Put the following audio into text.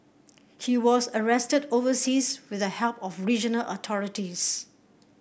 he was arrested overseas with the help of regional authorities